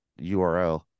URL